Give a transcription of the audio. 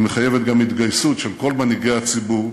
היא מחייבת גם התגייסות של כל מנהיגי הציבור,